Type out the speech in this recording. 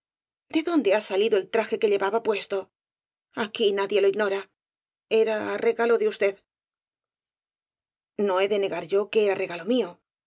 de dónde ha salido el traje que llevaba puesto aquí nadie lo ignora era regalo de usted n o he de negar yo que era regalo mío